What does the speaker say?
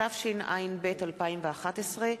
התשע"ב 2011,